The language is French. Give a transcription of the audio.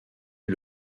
est